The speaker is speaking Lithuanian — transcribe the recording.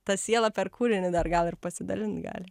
ta siela per kūrinį dar gal ir pasidalint gali